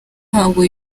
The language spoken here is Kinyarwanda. ntabwo